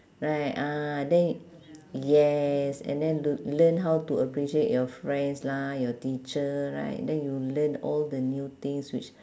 right ah then yes and then to learn how to appreciate your friends lah your teacher right then you learn all the new things which